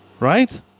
Right